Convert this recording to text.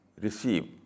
receive